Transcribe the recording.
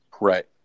right